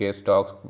stocks